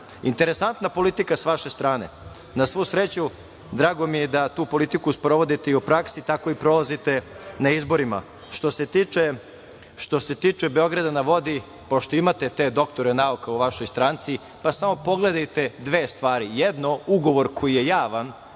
nazad. Interesantna politika sa vaše strane. Na svu sreću, drago mi je da tu politiku sprovodite i u praksi. Tako i prolazite na izborima. Što se tiče Beograda na vodi, pošto imate te doktore nauka u vašoj stranci, pa samo pogledajte dve stvari. Prvo, ugovor koji je javan,